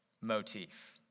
motif